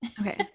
Okay